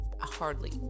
hardly